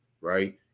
right